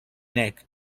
nick